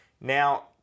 Now